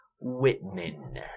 Whitman